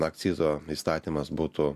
akcizo įstatymas būtų